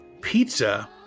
pizza